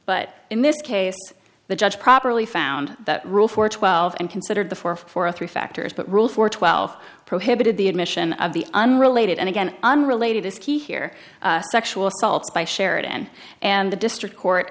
but in this case the judge properly found that rule for twelve and considered the four for three factors but rule for twelve prohibited the admission of the unrelated and again unrelated is key here sexual assault by sheridan and the district court